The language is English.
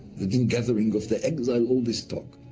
the in-gathering of the exiles, all this talk.